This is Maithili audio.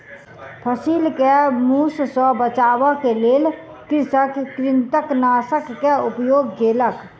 फसिल के मूस सॅ बचाबअ के लेल कृषक कृंतकनाशक के उपयोग केलक